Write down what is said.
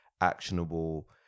actionable